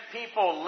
people